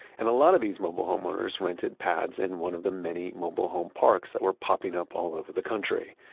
and a lot of these mobile homeowners rented pads in one of the many mobile home parks that were popping up all over the country.